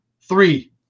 three